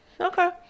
okay